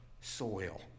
soil